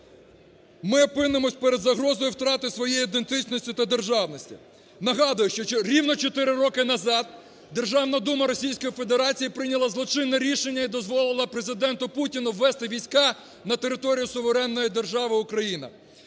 ми опинимося перед загрозою втрати своє ідентичності та державності. Нагадую, що рівно чотири роки назад Державна дума Російської Федерації прийняла злочинне рішення і дозволила Президенту Путіну ввести війська на територію суверенної держави Україна.